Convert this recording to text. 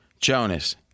Jonas